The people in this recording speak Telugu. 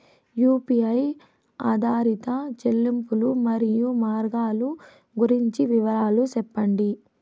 యు.పి.ఐ ఆధారిత చెల్లింపులు, మరియు మార్గాలు గురించి వివరాలు సెప్పండి?